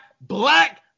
Black